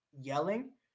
yelling